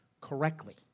correctly